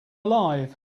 alive